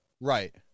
Right